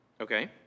Okay